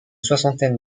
soixantaine